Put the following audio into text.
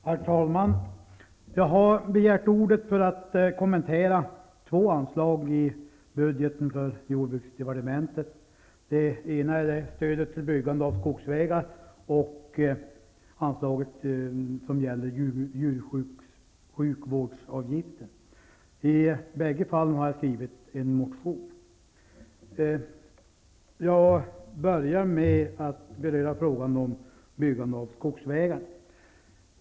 Herr talman! Jag har begärt ordet för att kommentera två anslag i budgeten för jordbruksdepartementet. Det ena gäller stödet till byggande av skogsvägar, och det andra gäller anslaget till djursjukvårdsavgiften. I bägge fallen har jag väckt en motion. Jag börjar med att beröra frågan om byggande av skogsvägar.